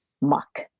muck